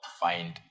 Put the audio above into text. find